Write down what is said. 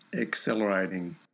accelerating